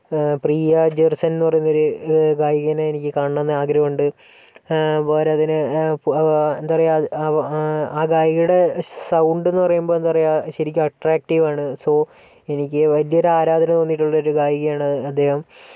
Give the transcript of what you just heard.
ഒരു പ്രിയാ ജേഴ്സൺന്ന് പറയുന്നൊരു ഗായികേനെ എനിക്ക് കാണണംന്ന് ആഗ്രഹമുണ്ട് പോരാത്തതിന് എന്താ പറയുക ആ ഗായികയുടെ സൗണ്ട് എന്ന് പറയുമ്പോ എന്ത് പറയുക ശരിക്കും അട്ട്രാക്റ്റീവ് ആണ് സൊ എനിക്ക് വലിയൊരു ആരാധന തോന്നിയിട്ടുള്ള ഒരു ഗായികയാണ് അദ്ദേഹം